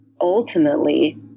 ultimately